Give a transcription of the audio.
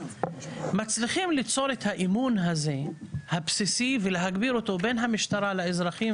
מצליחים ליצור את האמון הבסיסי הזה ולהגביר אותו בין המשטרה לאזרחים,